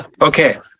okay